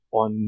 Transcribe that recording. on